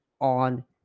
on